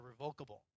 irrevocable